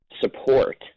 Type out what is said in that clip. support